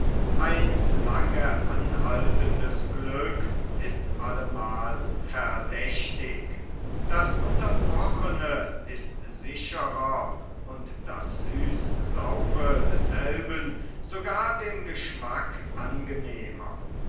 ein lange anhaltendes glück ist allemal verdächtig das unterbrochene ist sicherer und das süßsaure desselben sogar dem geschmack angenehmer